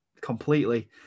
completely